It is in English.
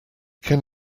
can